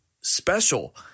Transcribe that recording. special